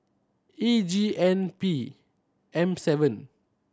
E G N P M seven